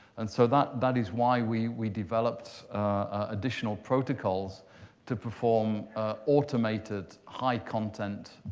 and so that that is why we we developed additional protocols to perform automated, high-content